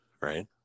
Right